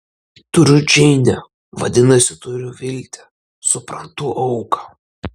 turiu džeinę vadinasi turiu viltį suprantu auką